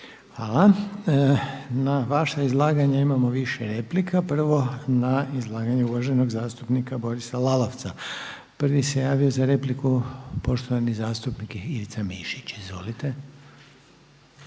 Hvala. Na vaše izlaganje imamo više replika. Prvo na izlaganje uvaženog zastupnika Borisa Lalovca. Prvi se javio za repliku poštovani zastupnik Ivica Mišić. Izvolite.